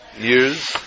years